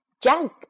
Junk